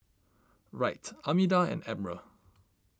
Wright Armida and Admiral